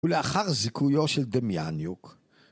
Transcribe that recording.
ולאחר זיכויו של דמיאניוק